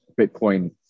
Bitcoin